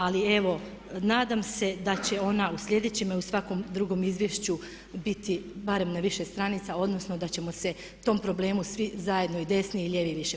Ali evo nadam se da će ona u sljedećem i u svakom drugom izvješću biti barem na više stranica odnosno da ćemo se tom problemu svi zajedno, i desni i lijevi, više